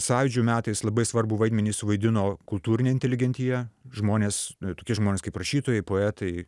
sąjūdžio metais labai svarbų vaidmenį suvaidino kultūrinė inteligentija žmonės tokie žmonės kaip rašytojai poetai